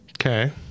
Okay